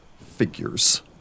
figures